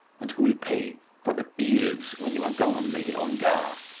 and who will pay for the beels when you are gone, lady ongar?